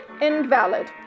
invalid